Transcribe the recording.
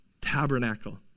Tabernacle